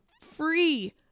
free